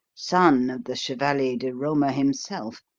son of the chevalier di roma himself.